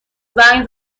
زنگ